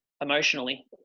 emotionally